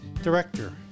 director